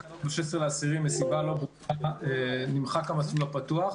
מסיבה לא ברורה נמחק המסלול הפתוח,